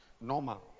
normal